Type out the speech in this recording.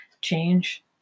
change